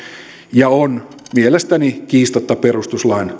ja on mielestäni kiistatta perustuslain